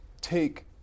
take